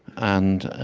and